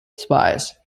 spies